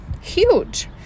huge